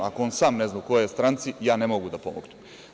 Ako on sam ne zna u kojoj je stranci, ja ne mogu da pomognem.